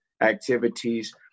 activities